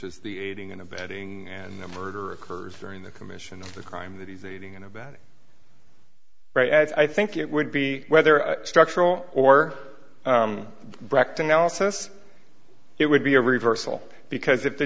is the aiding and abetting and the murder occurs during the commission of the crime that he's eating and abetting as i think it would be whether structural or brecht analysis it would be a reversal because if the